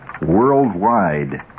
worldwide